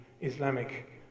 Islamic